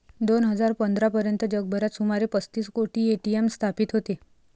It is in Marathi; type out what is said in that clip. दोन हजार पंधरा पर्यंत जगभरात सुमारे पस्तीस कोटी ए.टी.एम स्थापित होते